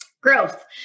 Growth